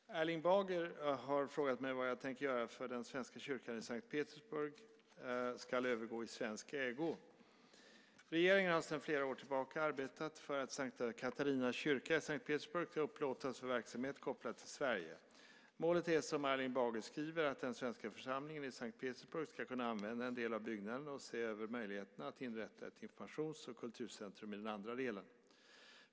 Fru talman! Erling Bager har frågat mig vad jag tänker göra för att den svenska kyrkan i S:t Petersburg ska övergå i svensk ägo. Regeringen har sedan flera år tillbaka arbetat för att S:ta Katarina kyrka i S:t Petersburg ska upplåtas för verksamhet kopplad till Sverige. Målet är, som Erling Bager skriver, att den svenska församlingen i S:t Petersburg ska kunna använda en del av byggnaden och att se över möjligheterna att inrätta ett informations och kulturcentrum i den andra delen.